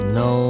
no